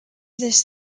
this